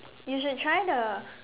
you should try the